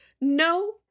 no